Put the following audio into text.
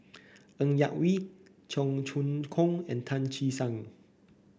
Ng Yak Whee Cheong Choong Kong and Tan Che Sang